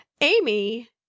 Amy